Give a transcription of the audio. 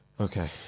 Okay